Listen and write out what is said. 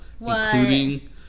including